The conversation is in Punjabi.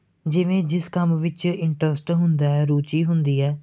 ਜਿਵੇਂ ਜਿਸ ਕੰਮ ਵਿੱਚ ਇੰਟਰਸਟ ਹੁੰਦਾ ਹੈ ਰੁਚੀ ਹੁੰਦੀ ਹੈ